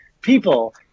people